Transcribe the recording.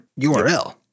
URL